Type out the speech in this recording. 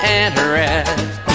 interest